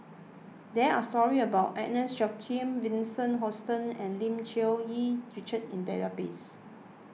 there are stories about Agnes Joaquim Vincent Hoisington and Lim Cherng Yih Richard in the database